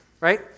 right